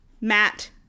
matt